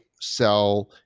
sell